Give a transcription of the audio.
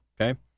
okay